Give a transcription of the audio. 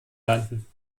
landen